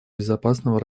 безопасного